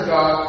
God